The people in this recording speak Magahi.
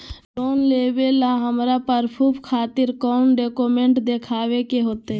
लोन लेबे ला हमरा प्रूफ खातिर कौन डॉक्यूमेंट देखबे के होतई?